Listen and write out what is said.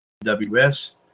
WS